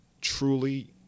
truly